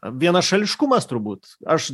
vienašališkumas turbūt aš